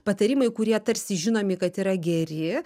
patarimai kurie tarsi žinomi kad yra geri